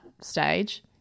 stage